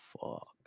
Fuck